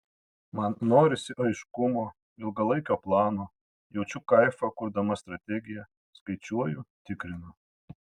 man norisi aiškumo ilgalaikio plano jaučiu kaifą kurdama strategiją skaičiuoju tikrinu